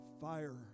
fire